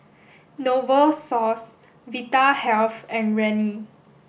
Novosource Vitahealth and Rene